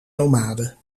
nomade